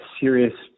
serious